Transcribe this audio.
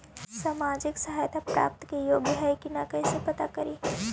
सामाजिक सहायता प्राप्त के योग्य हई कि नहीं कैसे पता करी?